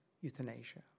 euthanasia